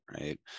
right